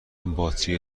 باتری